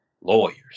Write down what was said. lawyers